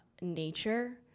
nature